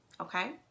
okay